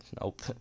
Nope